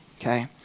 okay